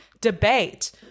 debate